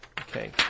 Okay